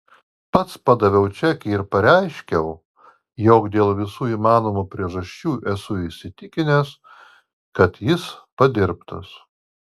pats padaviau čekį ir pareiškiau jog dėl visų įmanomų priežasčių esu įsitikinęs kad jis padirbtas